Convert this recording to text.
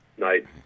night